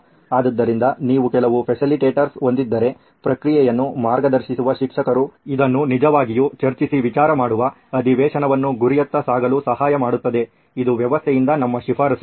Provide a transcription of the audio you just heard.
ಆದ್ದರಿಂದ ನೀವು ಕೆಲವು ಫೆಸಿಲಿಟೇಟರ್ ಹೊಂದಿದ್ದರೆ ಪ್ರಕ್ರಿಯೆಯನ್ನು ಮಾರ್ಗದರ್ಶಿಸುವ ಶಿಕ್ಷಕರು ಇದು ನಿಜವಾಗಿಯೂ ಚರ್ಚಿಸಿ ವಿಚಾರ ಮಾಡುವ ಅಧಿವೇಶನವನ್ನು ಗುರಿಯತ್ತ ಸಾಗಲು ಸಹಾಯ ಮಾಡುತ್ತದೆ ಇದು ವ್ಯವಸ್ಥೆಯಿಂದ ನಮ್ಮ ಶಿಫಾರಸು